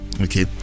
okay